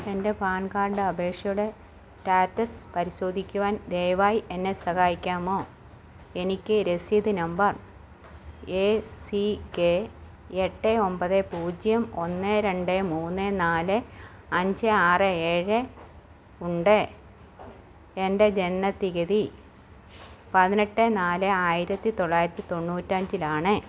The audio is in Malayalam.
എൻ്റെ പാൻ കാർഡ് അപേക്ഷയുടെ റ്റാറ്റസ് പരിശോധിക്കുവാൻ ദയവായി എന്നെ സഹായിക്കാമോ എനിക്ക് രസീത് നമ്പർ എ സി കെ എട്ട് ഒൻപത് പൂജ്യം ഒന്ന് രണ്ട് മൂന്ന് നാല് അഞ്ച് ആറ് ഏഴ് ഉണ്ട് എൻ്റെ ജനനത്തീയതി പതിനെട്ട് നാല് ആയിരത്തി തൊള്ളായിരത്തി തൊണ്ണൂറ്റിയഞ്ചിലാണ്